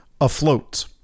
afloat